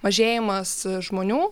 mažėjimas žmonių